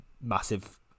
massive